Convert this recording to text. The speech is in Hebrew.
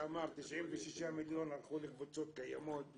אמר ש-96 מיליון הלכו לקבוצות קיימות.